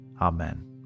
Amen